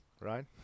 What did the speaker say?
right